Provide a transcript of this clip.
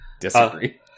Disagree